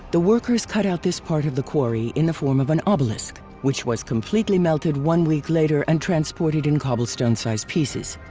the workers cut out this part of the quarry in the form of an obelisk which was completely melted one week later and transported in cobblestone size pieces.